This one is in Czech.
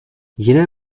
jiné